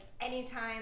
anytime